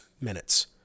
minutes